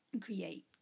create